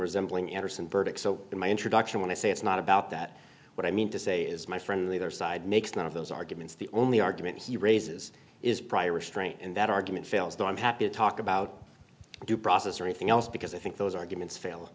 resembling anderson burdick so in my introduction when i say it's not about that what i mean to say is my friend the other side makes none of those arguments the only argument he raises is prior restraint and that argument fails though i'm happy to talk about due process or anything else because i think those arguments fail